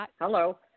Hello